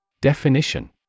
Definition